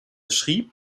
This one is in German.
schrieb